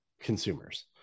consumers